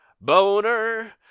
boner